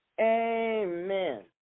Amen